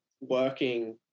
working